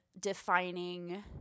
defining